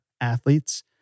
athletes